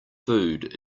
food